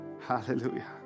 Hallelujah